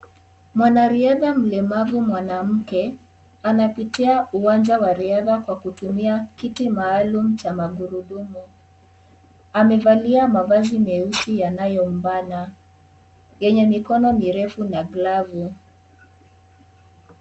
Mwanariadha mlemavu mwanamke, anapitia uwanja wa riadha kwa kutumia kiti maalum cha magurudumu. Amevalia mavazi meusi yanayombana yenye mikono mirefu na glavu.